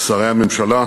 שרי הממשלה,